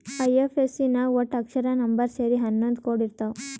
IFSC ನಾಗ್ ವಟ್ಟ ಅಕ್ಷರ, ನಂಬರ್ ಸೇರಿ ಹನ್ನೊಂದ್ ಕೋಡ್ ಇರ್ತಾವ್